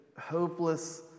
hopeless